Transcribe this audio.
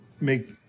make